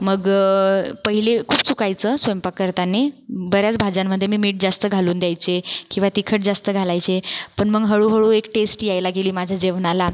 मग पहिले खूप चुकायचं स्वयंपाक करतांना बऱ्याच भाज्यांमध्ये मी मीठ जास्त घालून द्यायचे किंवा तिखट जास्त घालायचे पण मग हळूहळू एक टेस्ट यायला गेली माझ्या जेवणाला